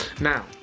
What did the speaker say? now